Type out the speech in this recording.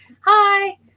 Hi